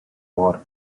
war